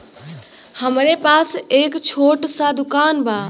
हमरे पास एक छोट स दुकान बा